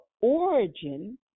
origin